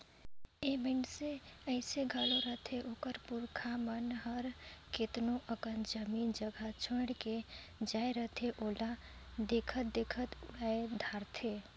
ए मइनसे अइसे घलो रहथें ओकर पुरखा मन हर केतनो अकन जमीन जगहा छोंएड़ के जाए रहथें ओला देखत देखत उड़ाए धारथें